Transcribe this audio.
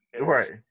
Right